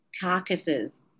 carcasses